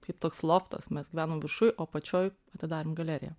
kaip toks loftas mes gyvenom viršuj o apačioj atidarėm galeriją